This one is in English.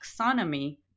taxonomy